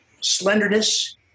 slenderness